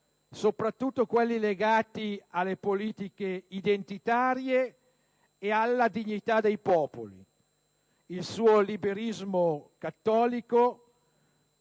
soprattutto quelli legati alle politiche identitarie e alla dignità dei popoli. Il suo liberalismo cattolico